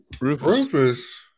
rufus